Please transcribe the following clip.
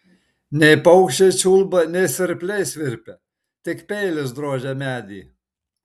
nei paukščiai čiulba nei svirpliai svirpia tik peilis drožia medį